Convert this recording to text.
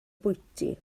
bwyty